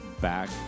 back